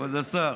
כבוד השר.